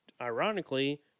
ironically